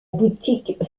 boutique